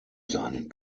seinen